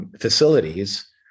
facilities